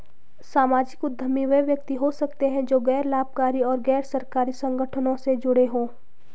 सामाजिक उद्यमी वे व्यक्ति हो सकते हैं जो गैर लाभकारी और गैर सरकारी संगठनों से जुड़े हों